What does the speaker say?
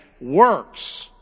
works